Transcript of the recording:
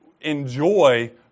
enjoy